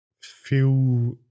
feel